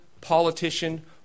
politician